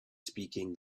speaking